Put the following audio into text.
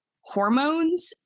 hormones